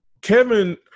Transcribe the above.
Kevin